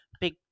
Big